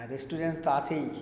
restaurant তো আছেই